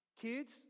kids